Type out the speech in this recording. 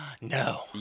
No